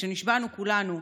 כשנשבענו כולנו,